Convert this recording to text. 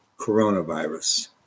coronavirus